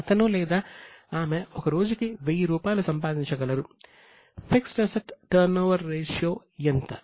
అతను లేదా ఆమె ఒక రోజుకి 1000 రూపాయలు సంపాదించగలరు fixed assets turnover ratio ఎంత